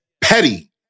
Petty